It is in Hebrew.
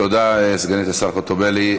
תודה, סגנית השר חוטובלי.